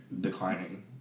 declining